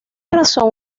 razón